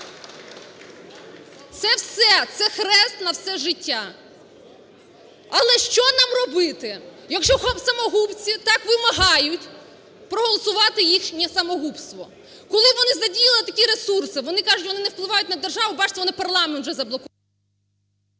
Це все, це – хрест на все життя. Але що нам робити? Якщо самогубці так вимагають – проголосувати їхнє самогубство, коли вони задіяли такі ресурси. Вони кажуть, що вони не впливають на державу – бачите, вони парламент вже… ГОЛОВУЮЧИЙ.